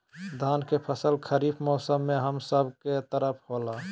धान के फसल खरीफ मौसम में हम सब के तरफ होला